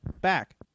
back